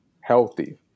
healthy